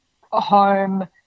home